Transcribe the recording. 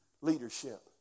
leadership